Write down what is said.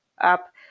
up